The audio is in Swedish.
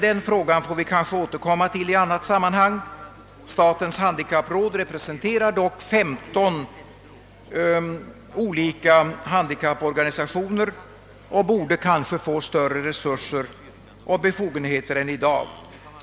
Den frågan får vi kanske återkomma till i annat sammanhang. Statens handikappråd representerar dock femton olika handikapporganisationer och borde kanske få större resurser och befogenheter än för närvarande.